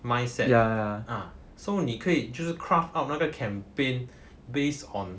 mindset ah so 你可以就是 craft out 那个 campaign based on